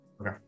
Okay